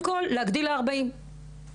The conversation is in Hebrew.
וקודם כול, להגדיל ל-40 דירות.